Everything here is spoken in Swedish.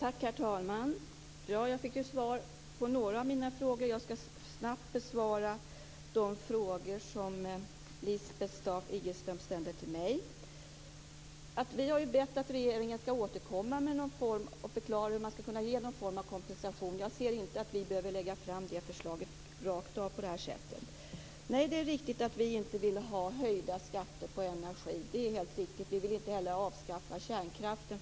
Herr talman! Jag fick svar på några av mina frågor. Jag skall snabbt besvara de frågor som Lisbeth Staaf-Igelström ställde till mig. Vi har bett att regeringen skall återkomma med en förklaring av hur man skall ge någon form av kompensation. Jag anser inte att vi behöver lägga fram det förslaget rakt av här. Nej, det är riktigt att vi inte vill ha höjda skatter på energi. Vi vill inte heller avskaffa kärnkraften.